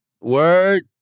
word